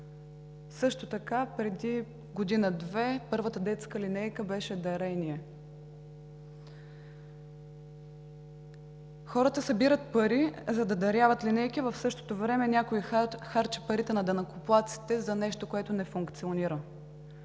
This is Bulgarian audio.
Също така преди година-две първата детска линейка беше дарение. Хората събират пари, за да даряват линейки, а в същото време някой харчи парите на данъкоплатците за нещо, което не функционира.